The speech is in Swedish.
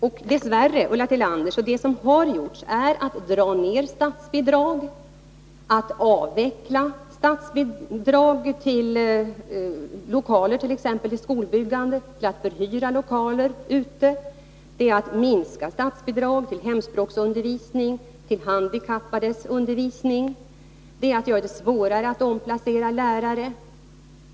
Men det som har gjorts och görs, Ulla Tillander, har dess värre varit att dra ner statsbidrag, att avveckla statsbidrag till lokaler, t.ex. i skolbyggande, och till att förhyra lokaler. Det är att minska statsbidrag till hemspråksundervisning och till handikappades undervisning. Det är att göra det svårare att omplacera lärare.